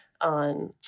on